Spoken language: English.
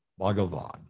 Bhagavan